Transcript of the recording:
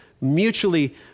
mutually